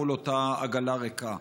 מול אותה עגלה ריקה.